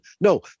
No